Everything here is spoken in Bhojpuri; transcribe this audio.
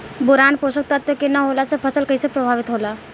बोरान पोषक तत्व के न होला से फसल कइसे प्रभावित होला?